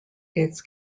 its